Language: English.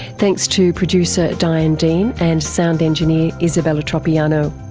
thanks to producer diane dean and sound engineer isabella tropiano.